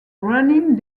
running